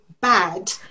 bad